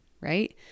right